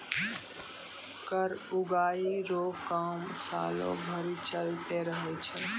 कर उगाही रो काम सालो भरी चलते रहै छै